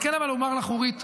אבל אני כן אומר לך, אורית,